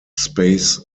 space